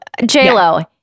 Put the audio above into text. JLo